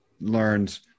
learns